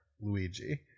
Luigi